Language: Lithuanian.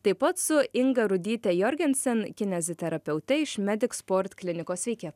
taip pat su inga rudyte jorgensen kineziterapeute iš medic sport klinikos sveiki